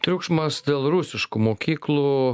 triukšmas dėl rusiškų mokyklų